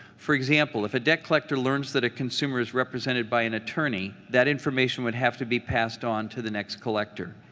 for example, if a debt collector learns that a consumer is represented by an attorney, that information would have to be passed on to the next collector.